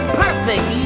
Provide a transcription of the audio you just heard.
perfect